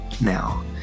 now